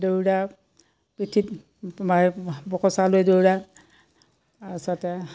দৌৰা পিঠিত তোমাৰ বকচা লৈ দৌৰা তাৰছতে